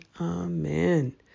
Amen